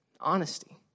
Honesty